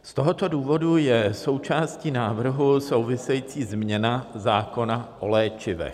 Z tohoto důvodu je součástí návrhu související změna zákona o léčivech.